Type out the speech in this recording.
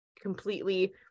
completely